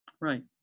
Right